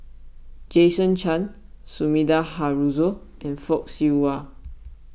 Jason Chan Sumida Haruzo and Fock Siew Wah